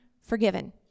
forgiven